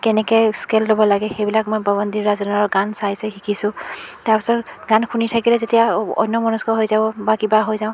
কেনেকৈ স্কেল ল'ব লাগে সেইবিলাক মই পৱনদ্বীপ ৰাজনৰ গান চাই চাই শিকিছোঁ তাৰপাছত গান শুনি থাকিলে যেতিয়া অন্যমনস্ক হৈ যাওঁ বা কিবা হৈ যাওঁ